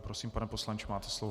Prosím, pane poslanče, máte slovo.